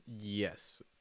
yes